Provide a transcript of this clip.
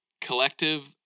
collective